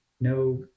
no